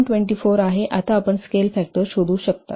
24 आहे आता आपण स्केल फॅक्टर शोधू शकता